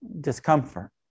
discomfort